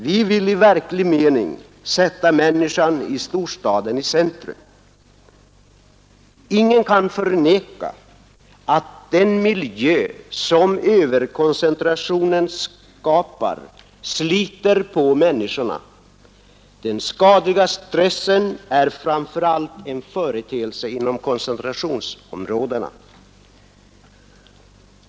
Vi vill i verklig mening sätta människan i storstaden i centrum. Ingen kan förneka att den miljö som överkoncentrationen skapar sliter på människorna. Den skadliga stressen är framför allt en företeelse inom koncentrationsområdena.